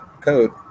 code